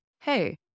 hey